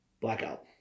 blackout